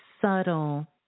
subtle